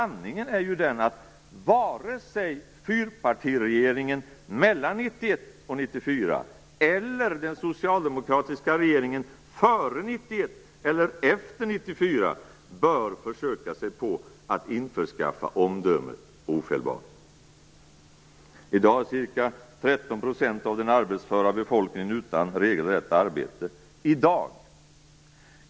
Sanningen är ju att vare sig fyrpartiregeringen 1991-1994 eller den socialdemokratiska regeringen före 1991 eller efter 1994 bör försöka införskaffa omdömet ofelbar. I dag är ca 13 % av den arbetsföra befolkningen utan regelrätt arbete - i dag!